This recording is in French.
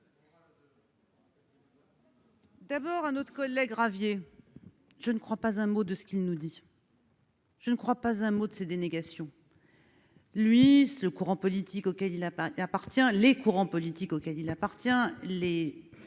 D'abord, un autre collègue Ravier, je ne crois pas un mot de ce qu'il nous dit. Je ne crois pas un mot de ses dénégations. Luis le courant politique auquel il a pas appartient les courants politique auquel il appartient, les